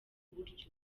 buryo